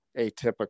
atypical